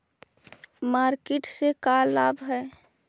Market से का लाभ है?